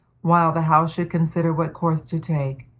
while the house should consider what course to take.